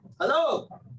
Hello